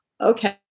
okay